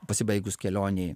pasibaigus kelionei